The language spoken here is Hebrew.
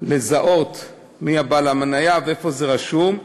לזהות מי בעל המניה ואיפה זה רשום,